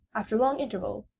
after long interval,